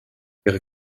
ihre